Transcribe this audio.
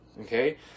okay